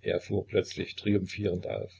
er fuhr plötzlich triumphierend auf